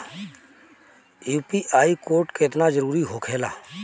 UPI code केतना जरुरी होखेला?